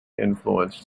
influenced